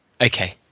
Okay